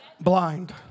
blind